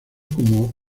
como